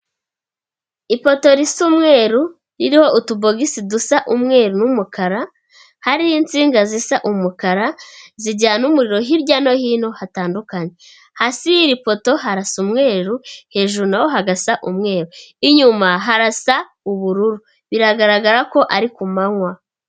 Ipoto risa umweru, ririho utubogisi dusa umweru n'umukara, hariho insinga zisa umukara, zijyana umuriro hirya no hino hatandukanye, hasi y'iri poto harasa umweru, hejuru naho hagasa umweru, inyuma harasa ubururu, biragaragara ko ari ku manywa.